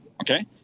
okay